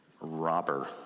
robber